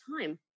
time